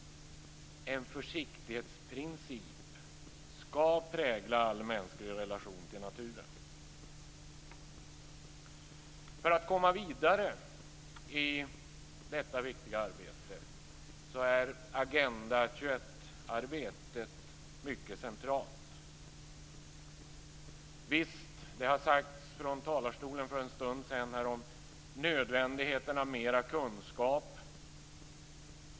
En försiktighetsprincip skall prägla all mänsklig relation till naturen. För att komma vidare i detta viktiga arbete är Agenda 21-arbetet mycket centralt. Visst, det har sagts från talarstolen för en stund sedan att det är nödvändigt med mer kunskap.